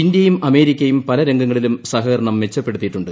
ഇന്ത്യയും അമേരിക്കയും പല രംഗങ്ങളിലും സ്ഹകരണം മെച്ചപ്പെടുത്തിയിട്ടുണ്ട്